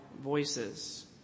voices